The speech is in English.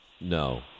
No